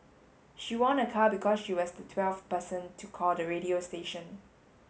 she won a car because she was the twelfth person to call the radio station